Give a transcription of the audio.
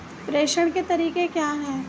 प्रेषण के तरीके क्या हैं?